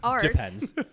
depends